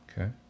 Okay